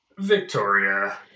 Victoria